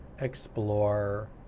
explore